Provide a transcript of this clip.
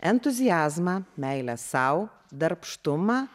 entuziazmą meilę sau darbštumą